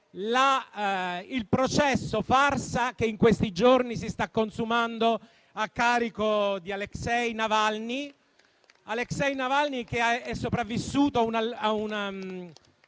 il processo farsa che, in questi giorni, si sta consumando a carico di Aleksei Navalny, che è sopravvissuto a un